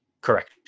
Correct